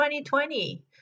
2020